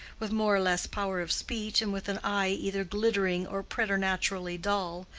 with more or less power of speech, and with an eye either glittering or preternaturally dull,